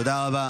תודה רבה.